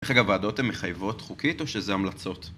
דרך אגב, ועדות הן מחייבות חוקית או שזה המלצות?